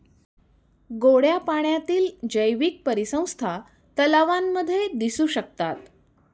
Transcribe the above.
गोड्या पाण्यातील जैवीक परिसंस्था तलावांमध्ये दिसू शकतात